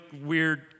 weird